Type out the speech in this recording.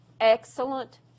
Excellent